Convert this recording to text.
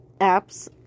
apps